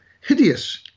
hideous